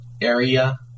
area